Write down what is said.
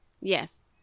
Yes